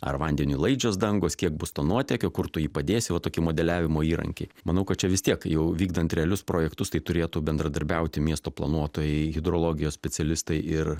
ar vandeniui laidžios dangos kiek būsto nuotėkio kur tu jį padėsi va tokie modeliavimo įrankiai manau kad čia vis tiek jau vykdant realius projektus tai turėtų bendradarbiauti miesto planuotojai hidrologijos specialistai ir